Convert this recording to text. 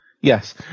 Yes